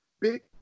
big